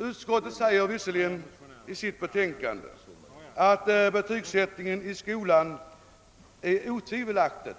Utskottet säger visserligen i sitt betänkande att »betygsättningen i skolan är otvivelaktigt